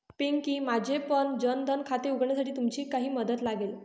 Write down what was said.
पिंकी, माझेपण जन धन खाते उघडण्यासाठी तुमची काही मदत लागेल